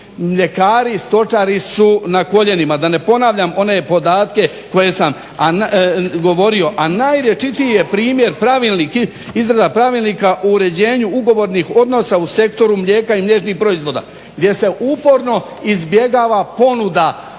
Mljekari i stočari su na koljenima, da ne ponavljam one podatke koje sam govorio, a narječitiji primjer pravilnik, izrada pravilnika o uređenju ugovornih odnosa u sektoru mlijeka i mliječnih proizvoda gdje se uporno izbjegava ponuda